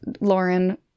Lauren